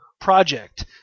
project